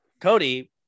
Cody